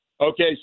okay